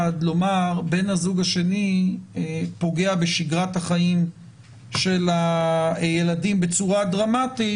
לומר: בן הזוג השני פוגע בשגרת החיים של הילדים בצורה דרמטית,